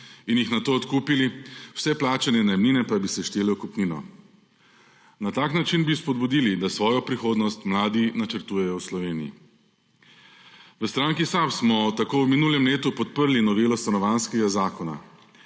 in jih nato odkupili, vse plačane najemnine pa bi se štele v kupnino. Na tak način bi spodbudili, da svojo prihodnost mladi načrtujejo v Sloveniji. V stranki SAB smo tako v minulem letu podprli novelo Stanovanjskega zakona.